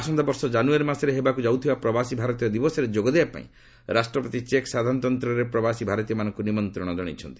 ଆସନ୍ତା ବର୍ଷ ଜାନୁୟାରୀ ମାସରେ ହେବାକୁ ଯାଉଥିବା ପ୍ରବାସୀ ଭାରତୀୟ ଦିବସରେ ଯୋଗଦେବା ପାଇଁ ରାଷ୍ଟ୍ରପତି ଚେକ୍ ସାଧାରଣତନ୍ତ୍ରରେ ପ୍ରବାସୀ ଭାରତୀୟମାନଙ୍କୁ ନିମନ୍ତ୍ରଣ ଜଣାଇଛନ୍ତି